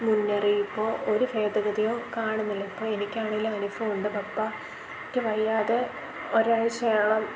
മുന്നറിയിപ്പോ ഒരു ഭേതഗതിയോ കാണുന്നില്ല ഇപ്പം എനിക്കാണേല് അനുഭവം ഉണ്ട് പപ്പ ക്ക് വയ്യാതെ ഒരാഴ്ച്ചയോളം